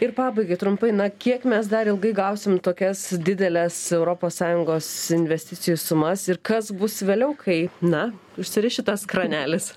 ir pabaigai trumpai na kiek mes dar ilgai gausim tokias dideles europos sąjungos investicijų sumas ir kas bus vėliau kai na užsiriš šitas kranelis